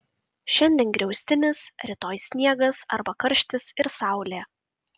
šiandien griaustinis rytoj sniegas arba karštis ir saulė